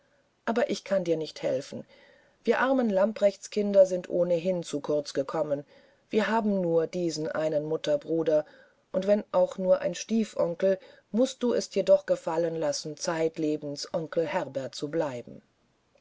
aber ich kann dir nicht helfen wir armen lamprechtskinder sind ohnehin zu kurz gekommen wir haben nur diesen einen mutterbruder und wenn auch nur ein stiefonkel mußt du dir es doch gefallen lassen zeitlebens onkel herbert zu bleiben